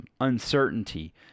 uncertainty